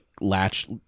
latch